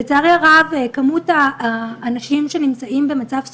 לצערי הרב, כמות האנשים שנמצאים במצב סופני,